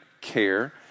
care